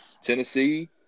Tennessee